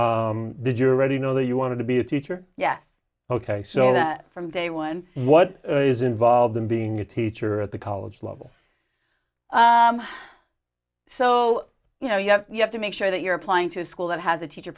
you're ready know that you want to be a teacher yes ok so that from day one what is involved in being a teacher at the college level so you know you have you have to make sure that you're applying to a school that has a teacher